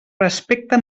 respecte